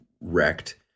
wrecked